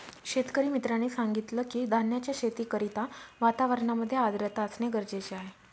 शेतकरी मित्राने सांगितलं की, धान्याच्या शेती करिता वातावरणामध्ये आर्द्रता असणे गरजेचे आहे